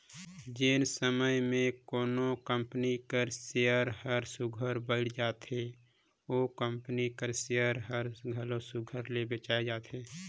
जेन समे में कोनो कंपनी कर सेयर हर सुग्घर बइढ़ रहथे ओ कंपनी कर सेयर हर घलो सुघर ले बेंचाए जाथे